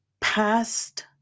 past